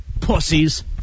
Pussies